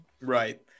Right